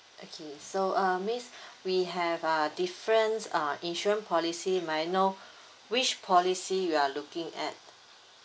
okay so uh miss we have err different uh insurance policy may I know which policy you are looking at